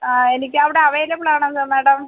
ആ എനിക്ക് അവിടെ അവൈലബിൾ ആണല്ലോ മാഡം